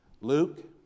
Luke